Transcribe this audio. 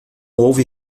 houve